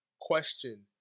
question